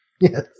Yes